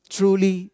Truly